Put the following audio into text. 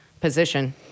position